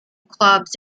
clubs